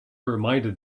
reminded